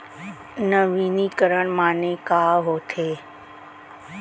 नवीनीकरण माने का होथे?